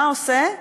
מה עושה?